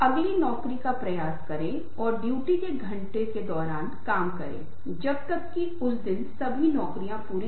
इसलिए मेरे मन में पूरी समझ है कि मैं क्या करना चाहता हूं और मैं यह भी कर पाऊंगा कि मैं कुछ मिस कर पाया या नहीं